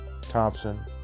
Thompson